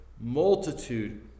Multitude